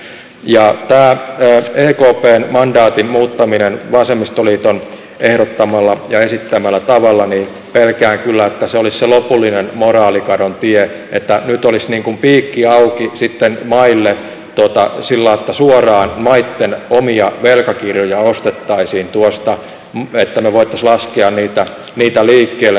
pelkään kyllä että tämä ekpn mandaatin muuttaminen vasemmistoliiton ehdottamalla ja esittämällä tavalla niin pelkkää kyllä että se olisi se lopullinen moraalikadon tie että nyt olisi niin kuin piikki auki sitten maille sillä lailla että suoraan maitten omia velkakirjoja ostettaisiin tuosta että me voisimme laskea niitä liikkeelle